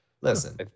listen